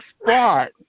spot